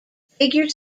figure